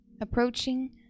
approaching